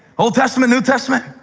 old testament, new testament?